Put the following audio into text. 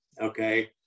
Okay